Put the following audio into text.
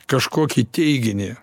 kažkokį teiginį